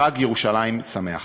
חג ירושלים שמח.